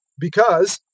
because,